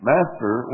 Master